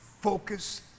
focus